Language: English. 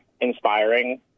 inspiring